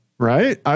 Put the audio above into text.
Right